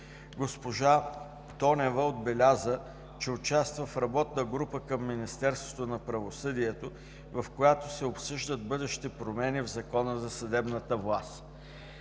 Госпожа Тонева отбеляза, че участва в работна група към Министерството на правосъдието, в която се обсъждат бъдещи промени в Закона за съдебната власт.